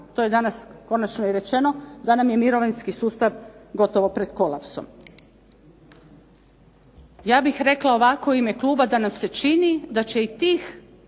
to je danas konačno i rečeno, da nam je mirovinski sustav gotovo pred kolapsom. Ja bih rekla ovako u ime kluba da nam se čini da će i tih